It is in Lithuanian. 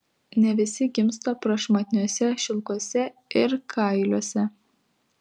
ne visi gimsta prašmatniuose šilkuose ir kailiuose